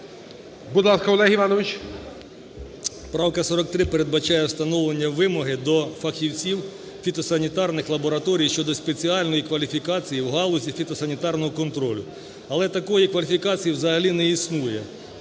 Будь ласка, Олег Іванович. 17:08:12 КУЛІНІЧ О.І. Правка 43 передбачає встановлення вимоги до фахівців фітосанітарних лабораторій щодо спеціальної кваліфікації в галузі фітосанітарного контролю. Але такої кваліфікації взагалі не існує.